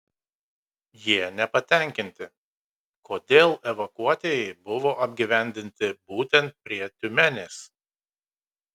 jie nepatenkinti kodėl evakuotieji buvo apgyvendinti būtent prie tiumenės